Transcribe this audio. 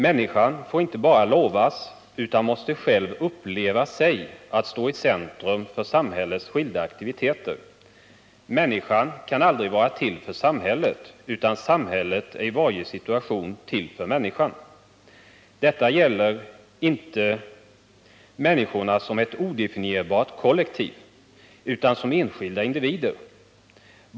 Människan får inte bara lovas utan måste själv uppleva sig stå i centrum för samhällets skilda aktiviteter. Människan kan aldrig vara till för samhället, utan samhället är i varje situation till för människan. Detta gäller inte människorna som ett odefinierbart kollektiv, utan som enskilda individer.